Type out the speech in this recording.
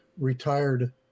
retired